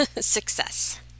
Success